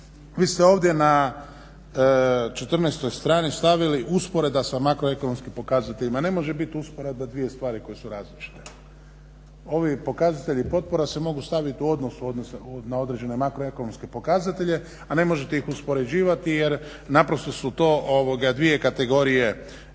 vi ste ovdje na 14 strani stavili usporedba sa makroekonomskim pokazateljima. Ne može biti usporedba dvije stvari koje su različite. Ovi pokazatelji se mogu staviti u odnosu na određene makroekonomske pokazatelje a ne možete ih uspoređivati jer naprosto su to ovoga dvije kategorije